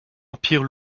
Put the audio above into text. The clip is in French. empire